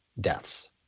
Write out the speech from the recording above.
deaths